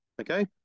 Okay